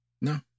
No